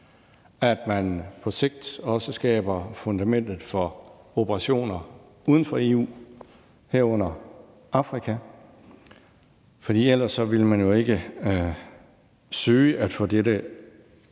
at man på sigt også skaber fundamentet for operationer uden for EU, herunder Afrika, for ellers ville man jo ikke søge at få dette